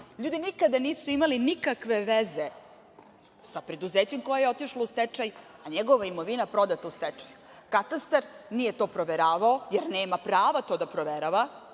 ljudi nikada nisu imali nikakve veze sa preduzećem koje je otišlo u stečaj, a njegova imovina prodata u stečaju. Katastar nije to proveravao, jer nema prava to da proverava,